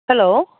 hello